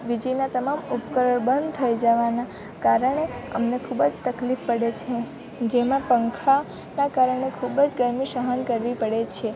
વીજળીના તમામ ઉપકરણો બંધ થઈ જવાના કારણે અમને ખૂબ જ તકલીફ પડે છે જેમાં પંખાના કારણે ખૂબ જ ગરમી સહન કરવી પડે છે